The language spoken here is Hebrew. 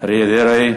אריה דרעי.